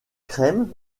crème